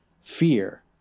fear